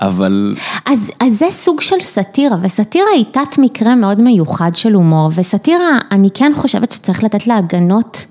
אז זה סוג של סאטירה, וסאטירה היא תת מקרה מאוד מיוחד של הומור, וסאטירה, אני כן חושבת שצריך לתת להגנות.